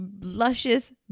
luscious